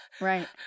Right